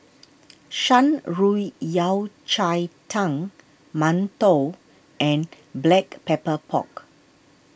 Shan Rui Yao Cai Tang Mantou and Black Pepper Pork